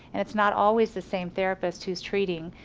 and it's not always the same therapist who's treating,